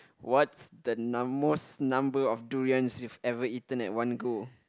what's the most number of durians you've ever eaten at one go